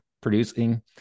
producing